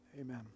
Amen